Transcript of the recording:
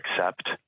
accept